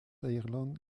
ireland